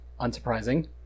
Unsurprising